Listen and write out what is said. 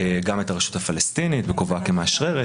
נזיקין נגד מי שהורשעו בשל מעורבותם באירועי שומר החומות".